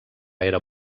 era